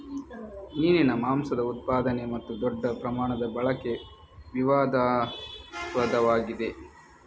ಮೀನಿನ ಮಾಂಸದ ಉತ್ಪಾದನೆ ಮತ್ತು ದೊಡ್ಡ ಪ್ರಮಾಣದ ಬಳಕೆ ವಿವಾದಾಸ್ಪದವಾಗಿದೆ